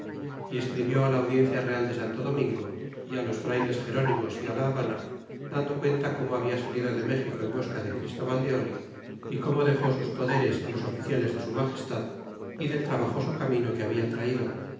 y escribió la audiencia real de santo domingo y los frayles gerónimos y la rayana dando cuenta como habla salido de méxico en busca de christóbal de oh y como dexó sus poderes los oficiales de su magestad y del trabajoso camino que habla traido